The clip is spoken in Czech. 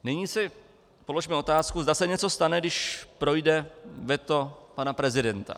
Nyní si položme otázku, zda se něco stane, když projde veto pana prezidenta.